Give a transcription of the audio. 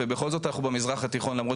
ובכל זאת אנחנו במזרח התיכון למרות